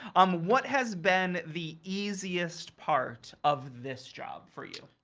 um what has been the easiest, part of this job for you?